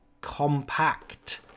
compact